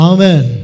Amen